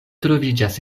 troviĝas